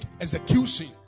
execution